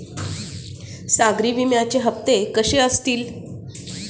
सागरी विम्याचे हप्ते कसे असतील?